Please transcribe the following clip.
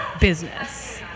business